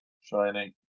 Shining